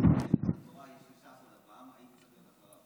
אני אדבר אחרי בצלאל.